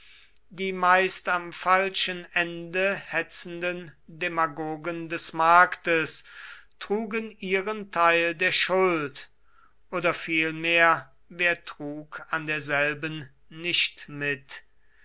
die meist am falschen ende hetzenden demagogen des marktes trugen ihren teil der schuld oder vielmehr wer trug an derselben nicht mit